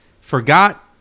forgot